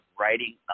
writing